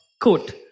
Quote